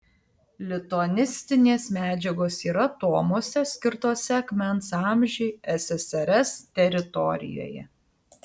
lituanistinės medžiagos yra tomuose skirtuose akmens amžiui ssrs teritorijoje